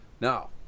Now